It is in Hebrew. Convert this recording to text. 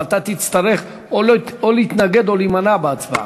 אבל אתה תצטרך או להתנגד או להימנע בהצבעה.